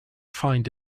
find